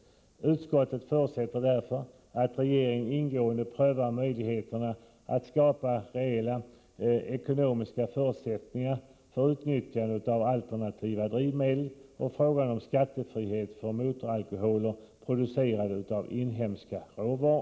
Utskottet förutsätter därför att regeringen ingående prövar möjligheterna att skapa reella ekonomiska förutsättningar för utnyttjande av alternativa drivmedel och frågan om skattefrihet för motoralkoholer producerade av inhemska råvaror.